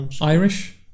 Irish